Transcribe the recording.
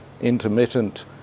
intermittent